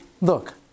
look